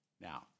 Now